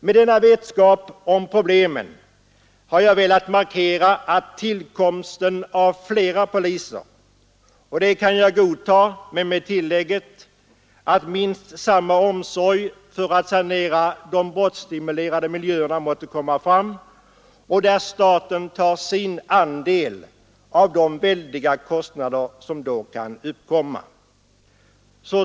Med denna vetskap om problemen har jag velat markera att j godta inrättandet av fler polistjänster, men endast under förutsättning att minst samma omsorg ägnas åt att sanera de brottsstimulerande miljöerna och att staten tar sin andel av de väldiga kostnader som kan uppkomma.